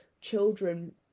children